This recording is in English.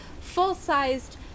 full-sized